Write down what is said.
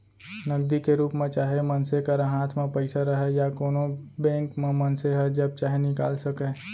नगदी के रूप म चाहे मनसे करा हाथ म पइसा रहय या कोनों बेंक म मनसे ह जब चाहे निकाल सकय